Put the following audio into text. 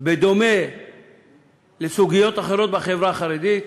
בדומה לסוגיות אחרות בחברה החרדית,